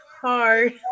hard